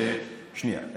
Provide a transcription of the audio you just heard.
שנייה,